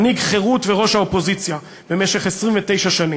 מנהיג חרות וראש האופוזיציה במשך 29 שנים,